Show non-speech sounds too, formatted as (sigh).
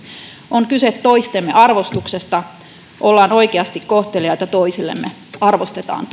on kyse toistemme arvostuksesta ollaan oikeasti kohteliaita toisillemme arvostetaan (unintelligible)